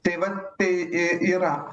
tai vat tai i yra